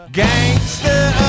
gangster